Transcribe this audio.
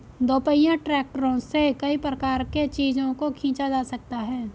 दोपहिया ट्रैक्टरों से कई प्रकार के चीजों को खींचा जा सकता है